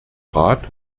rat